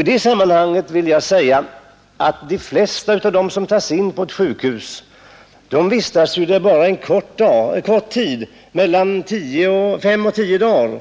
I det sammanhanget vill jag säga att de flesta som tas in på sjukhus vistas där bara en kort tid, mellan fem och tio dagar.